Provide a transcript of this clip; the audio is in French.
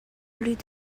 plus